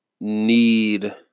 need